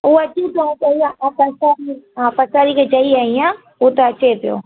उहो अची हा पसारी खे चई आई आहियां हू त अचे पियो